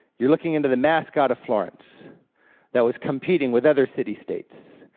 you're looking into the mascot of florence that was competing with other city-states,